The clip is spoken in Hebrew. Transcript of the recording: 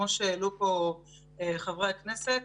כמו שהעלו פה חברי הכנסת,